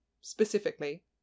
specifically